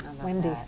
Wendy